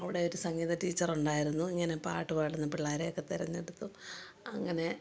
അവിടെയൊരു സംഗീത ടീച്ചറുണ്ടായിരുന്നു ഇങ്ങനെ പാട്ട് പാടുന്ന പിള്ളാരെയൊക്കെ തെരഞ്ഞെടുത്തും അങ്ങനെ